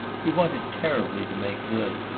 he wanted terribly to make good,